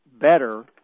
better